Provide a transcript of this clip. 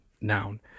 noun